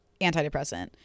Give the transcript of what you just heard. antidepressant